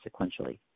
sequentially